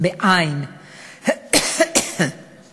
אני